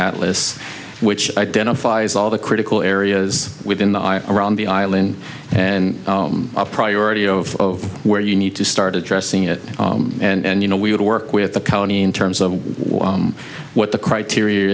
atlas which identifies all the critical areas within the are around the island and a priority of where you need to start addressing it and you know we would work with the county in terms of what the criteria